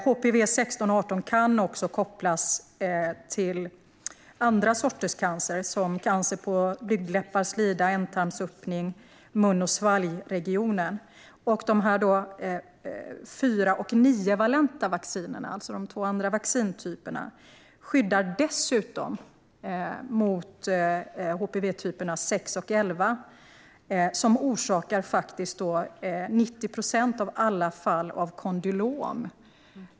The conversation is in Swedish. HPV 16 och 18 kan också kopplas till andra sorters cancer, till exempel cancer på blygdläppar, i slida, i ändtarmsöppning, i mun och svalgregionen. De 4 och 9-valenta vaccinerna skyddar dessutom mot HPV-typerna 6 och 11, som orsakar 90 procent av alla fall av kondylom.